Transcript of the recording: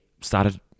started